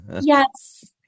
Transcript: Yes